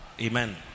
Amen